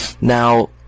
Now